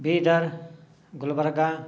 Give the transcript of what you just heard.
Bidar Gulbarga